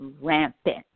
rampant